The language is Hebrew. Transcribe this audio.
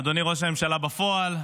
אדוני ראש הממשלה בפועל,